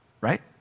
right